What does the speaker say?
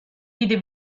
vide